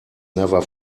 never